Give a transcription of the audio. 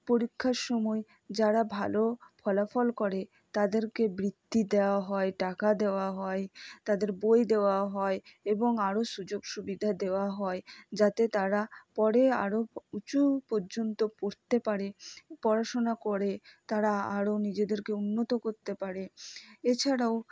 পরীক্ষার সময় যারা ভালো ফলাফল করে তাদেরকে বৃত্তি দেওয়া হয় টাকা দেওয়া হয় তাদের বই দেওয়া হয় এবং আরও সুযোগ সুবিধা দেওয়া হয় যাতে তারা পরে আরো উঁচু পর্যন্ত পড়তে পারে পড়াশোনা করে তারা আরো নিজেদেরকে উন্নত করতে পারে এছাড়াও